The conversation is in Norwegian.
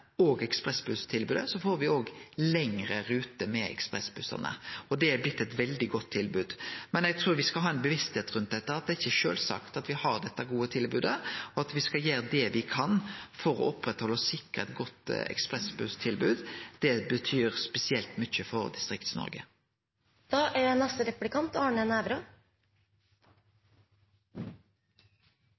og ekspressbusstilbodet, òg lengre rute med ekspressbussane. Det har blitt eit veldig godt tilbod. Men eg trur me skal ha ei bevisstheit rundt dette, at det ikkje er sjølvsagt at me har dette gode tilbodet, og at me skal gjere det me kan for å halde ved lag og sikre eit godt ekspressbusstilbod. Det betyr spesielt mykje for